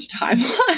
timeline